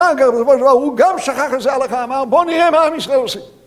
הוא גם שכח את זה הלכה, אמר בוא נראה מה אני אסחרר לך.